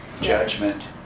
judgment